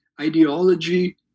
ideology